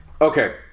okay